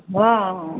ହଁ ହଁ